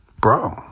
Bro